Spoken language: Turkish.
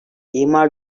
imar